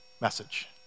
message